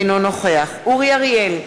אינו נוכח אורי אריאל,